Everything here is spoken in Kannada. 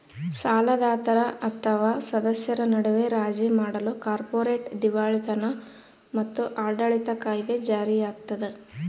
ಸಾಲದಾತರ ಅಥವಾ ಸದಸ್ಯರ ನಡುವೆ ರಾಜಿ ಮಾಡಲು ಕಾರ್ಪೊರೇಟ್ ದಿವಾಳಿತನ ಮತ್ತು ಆಡಳಿತ ಕಾಯಿದೆ ಜಾರಿಯಾಗ್ತದ